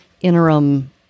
interim